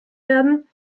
werden